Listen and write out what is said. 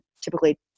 typically